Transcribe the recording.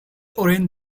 orange